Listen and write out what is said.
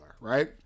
right